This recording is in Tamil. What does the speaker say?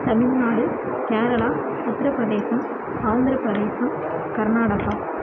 தமிழ்நாடு கேரளா உத்தரப்பிரதேசம் ஆந்திரபிரதேசம் கர்நாடகா